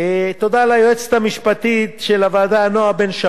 תודה ליועצת המשפטית של הוועדה נועה בן-שבת,